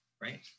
right